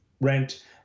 rent